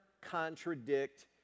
contradict